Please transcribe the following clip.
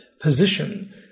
position